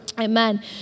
Amen